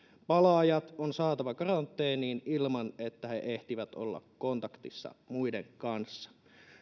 palaajat on saatava karanteeniin ilman että he ehtivät olla kontaktissa muiden kanssa